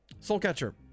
Soulcatcher